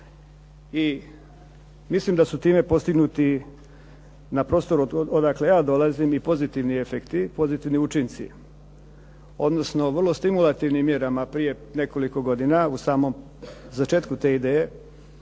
i mislim da su time postignuti na prostoru odakle ja dolazim i pozitivni efekti, pozitivni učinci odnosno vrlo stimulativnim mjerama prije nekoliko godina u samom začetku te ideje